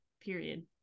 period